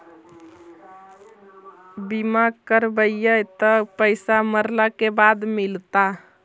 बिमा करैबैय त पैसा मरला के बाद मिलता?